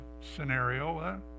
scenario